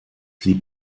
sie